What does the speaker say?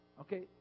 Okay